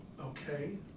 Okay